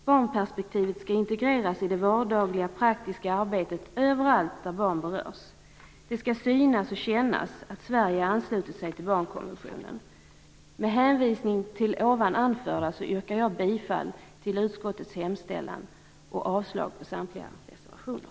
Barnperspektivet skall integreras i det vardagliga, praktiska arbetet överallt där barn berörs. Det skall synas och kännas att Sverige anslutit sig till barnkonventionen. Med hänvisning till ovan anförda yrkar jag bifall till utskottets hemställan och avslag på samtliga reservationer.